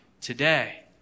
today